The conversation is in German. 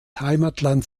heimatland